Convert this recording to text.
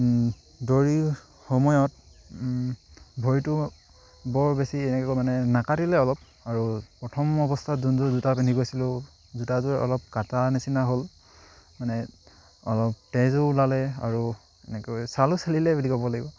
দৌৰি সময়ত ভৰিটো বৰ বেছি এনেকৈ মানে নাকাটিলে অলপ আৰু প্ৰথম অৱস্থাত যোনযোৰ জোতা পিন্ধি গৈছিলোঁ জোতাযোৰ অলপ কাটা নিচিনা হ'ল মানে অলপ তেজো ওলালে আৰু এনেকৈ চালো চেলিলে বুলি ক'ব লাগিব